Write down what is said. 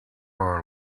are